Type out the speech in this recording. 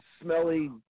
smelly